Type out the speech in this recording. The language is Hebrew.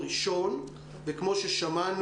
שבוע-שבוע,